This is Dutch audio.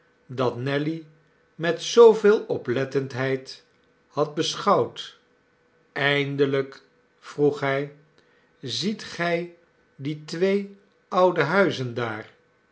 dat nelly met zooveel oplettendheid had beschouwd eindelijk vroeg hij ziet gij die twee oude huizen daar